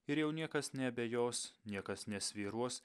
ir jau niekas neabejos niekas nesvyruos